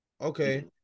Okay